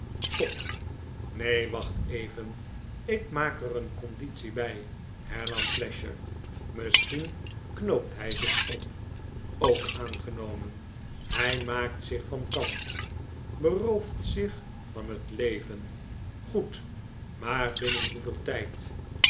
top r neen wacht even ik maak er een conditie bij hernam flasher misschien knoopt hij zich op ook aangenomen hij maakt zich van kant berooft zich van het leven goed maar binnen hoeveel tijd